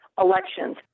elections